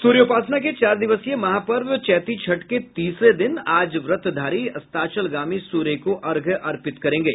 सूर्योपासना के चार दिवसीय महापर्व चैती छठ के तीसरे दिन आज व्रतधारी अस्ताचलगामी सूर्य को अर्घ्य अर्पित करेंगे